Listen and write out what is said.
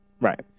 right